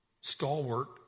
stalwart